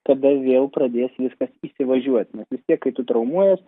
kada vėl pradės viskas įsivažiuoti nes vis tiek kai tu traumuojies